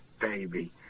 Baby